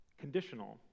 conditional